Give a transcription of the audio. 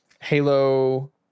halo